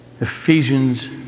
Ephesians